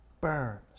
Burns